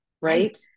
Right